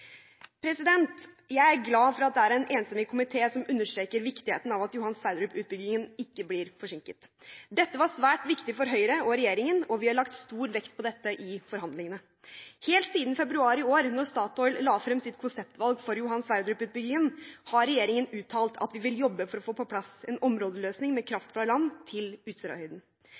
klimautfordringene. Jeg er glad for at det er en enstemmig komité som understreker viktigheten av at Johan Sverdrup-utbyggingen ikke blir forsinket. Dette var svært viktig for Høyre og regjeringen, og vi har lagt stor vekt på dette i forhandlingene. Helt siden februar i år, da Statoil la frem sitt konseptvalg for Johan Sverdrup-utbyggingen, har regjeringen uttalt at vi vil jobbe for å få på plass en områdeløsning med kraft fra land til